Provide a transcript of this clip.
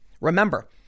Remember